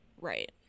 Right